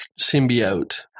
symbiote